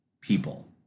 people